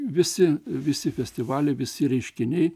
visi visi festivaliai visi reiškiniai